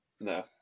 No